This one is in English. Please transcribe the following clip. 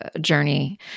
journey